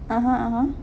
(uh huh) (uh huh)